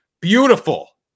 beautiful